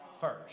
first